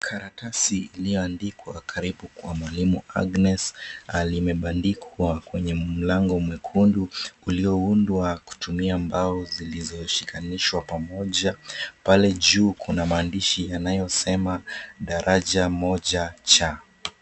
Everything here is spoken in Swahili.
Karatasi iliyoandikwa, Karibu Kwa Mwalimu Agnes, limeandikwa kwenye mlango mwekundu ulioundwa kutumia mbao zilizoshikanishwa pamoja. Pale juu kuna maandishi yanayosema Daraja Moja C.